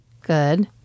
Good